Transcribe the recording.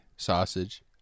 Sausage